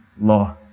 law